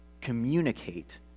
communicate